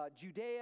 Judea